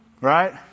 Right